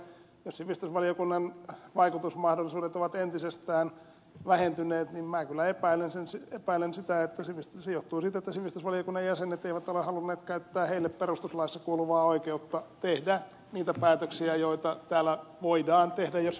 jos sivistysvaliokunnan vaikutusmahdollisuudet ovat entisestään vähentyneet niin minä kyllä epäilen sitä että se johtuu siitä että sivistysvaliokunnan jäsenet eivät ole halunneet käyttää heille perustuslaissa kuuluvaa oikeutta tehdä niitä päätöksiä joita täällä voidaan tehdä jos halutaan